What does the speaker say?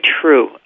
true